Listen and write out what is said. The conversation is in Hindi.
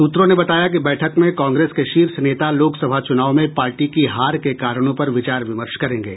सूत्रों ने बताया कि बैठक में कांग्रेस के शीर्ष नेता लोकसभा चूनावों में पार्टी की हार के कारणों पर विचार विमर्श करेंगे